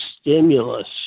stimulus